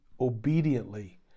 obediently